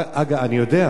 זה ייגמר באסון.